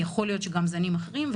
יכול להיות שגם זנים אחרים,